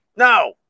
No